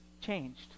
changed